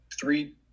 three